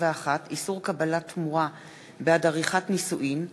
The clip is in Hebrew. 21) (איסור קבלת תמורה בעד עריכת נישואין),